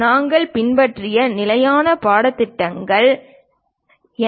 நாங்கள் பின்பற்றிய நிலையான பாடப்புத்தகங்கள் என்